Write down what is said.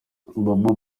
bobo